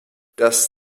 dass